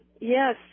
Yes